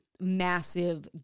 massive